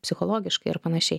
psichologiškai ar panašiai